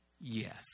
Yes